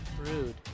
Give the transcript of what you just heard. Rude